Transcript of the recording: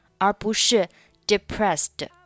而不是depressed